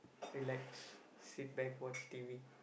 relax sit back watch T_V